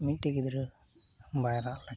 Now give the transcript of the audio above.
ᱢᱤᱫᱴᱮᱱ ᱜᱤᱫᱽᱨᱟᱹ ᱵᱟᱭ ᱨᱟᱜ ᱞᱮᱠᱷᱟᱱ